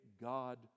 God